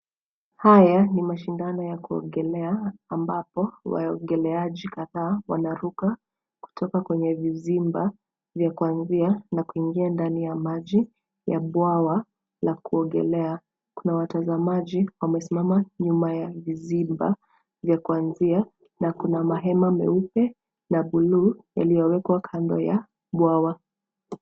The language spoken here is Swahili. Haya ni mashindano ya kuogelea ambapo waogeleaji kadhaa wanaruka kutoka kwenye vizimba vya kuanzia na kuingia ndani ya maji ya bwawa la kuogelea. Kuna watazamaji wamesimama nyuma ya vizimba vya kuanzia na kuna mahema meupe na buluu yaliyowekwa kando ya bwawa.